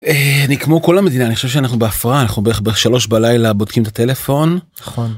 אני כמו כל המדינה, אני חושב שאנחנו בהפרעה. אנחנו בערך ב-3 בלילה בודקים את הטלפון. -נכון